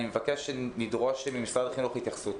אני מבקש שנדרוש ממשרד החינוך התייחסות.